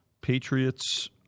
Patriots